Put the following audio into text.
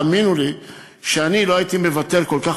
האמינו לי שאני לא הייתי מוותר כל כך